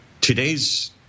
today's